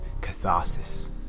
catharsis